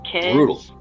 brutal